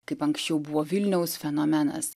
kaip anksčiau buvo vilniaus fenomenas